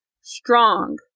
strong